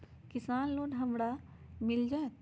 किसान लोन हमरा मिल जायत?